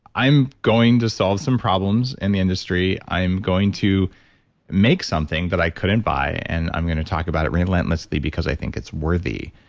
i'm going to solve some problems in the industry. i'm going to make something that i couldn't buy, and i'm going to talk about it relentlessly because i think it's worthy.